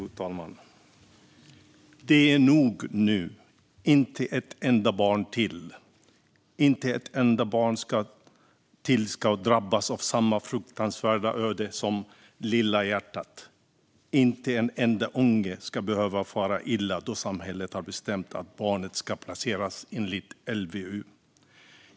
Fru talman! Det är nog nu - inte ett enda barn till! Inte ett enda barn till ska drabbas av samma fruktansvärda öde som "Lilla hjärtat". Inte en enda unge till ska behöva fara illa när samhället har bestämt att barnet ska placeras enligt LVU.